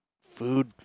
Food